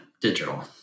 digital